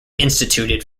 instituted